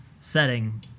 setting